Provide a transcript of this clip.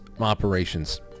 operations